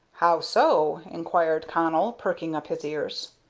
how so? inquired connell, pricking up his ears.